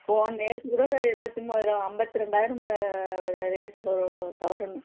போ நேற்றுக்கூட ஒரு இருவத்தொம்பது ருபா ஐம்பத்ரெண்டாயிரம் ரே ரேட் ஒரு சவரன்